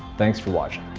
thanks for watching.